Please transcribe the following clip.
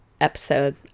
episode